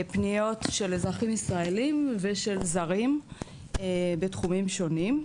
פניות של אזרחים ישראלים ושל זרים בתחומים שונים.